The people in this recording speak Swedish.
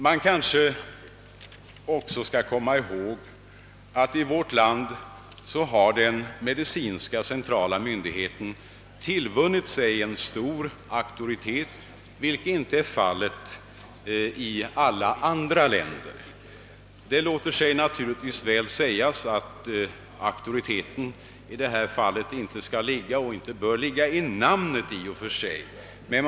Man kanske också skall komma ihåg att den medicinska centrala myndigheten i vårt land har tillvunnit sig en stor auktoritet, vilket kanske inte är förhållandet på samma sätt i alla länder. Det låter sig naturligtvis sägas att auktoriteten i detta fall inte bör ligga i namnet som sådant.